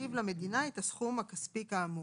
ישיב למדינה את הסכום הכספי כאמור.